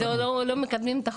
לא מקדמים את החוק.